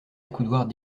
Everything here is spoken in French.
accoudoirs